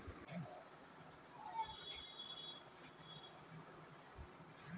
धान में कौन सा टॉनिक डालना चाहिए?